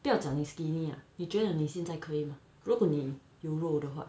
不要讲你 skinny lah 你觉得你现在可以吗如果你有肉的话